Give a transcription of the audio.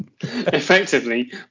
Effectively